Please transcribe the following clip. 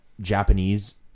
Japanese